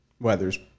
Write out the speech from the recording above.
weather's